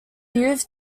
youth